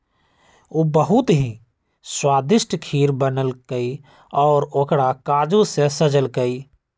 उ बहुत ही स्वादिष्ट खीर बनल कई और ओकरा काजू से सजल कई